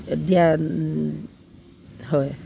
দিয়া হয়